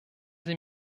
sie